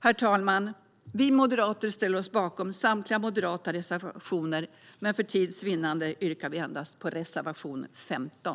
Herr talman! Vi moderater ställer oss bakom samtliga moderata reservationer, men för tids vinnande yrkar jag bifall endast till reservation 15.